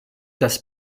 das